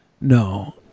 No